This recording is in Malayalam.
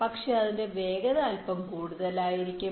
പക്ഷേ അതിന്റെ വേഗത അൽപ്പം കൂടുതലായിരിക്കും